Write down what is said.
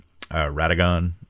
Radagon